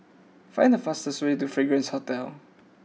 find the fastest way to Fragrance Hotel